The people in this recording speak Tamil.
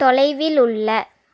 தொலைவில் உள்ள